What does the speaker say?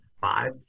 five